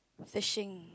fishing